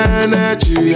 energy